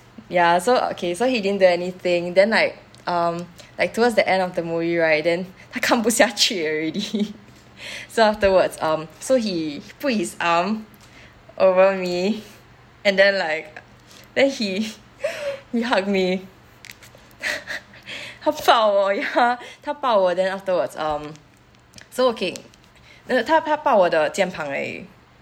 ya so okay so he didn't do anything then like um like towards the end of the movie right then 他看不下去 already so afterwards um so he put his arm around me and then like then he he hug me 他抱我你懂吗 他抱我 then afterwards um so okay 没有他他抱我的肩膀而已